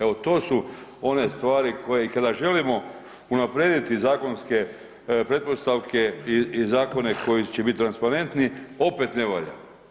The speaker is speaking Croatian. Evo to su one stvari koje i kada želimo unaprijediti zakonske pretpostavke i zakone koji će biti transparentni opet ne valja.